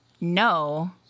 no